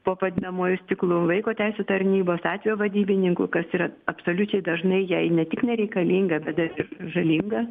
po padidinamuoju stiklu vaiko teisių tarnybos atvejo vadybininkų kas yra absoliučiai dažnai jai ne tik nereikalinga bet dar ir žalinga